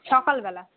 সকালবেলা